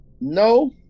No